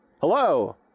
hello